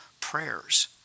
prayers